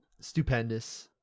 stupendous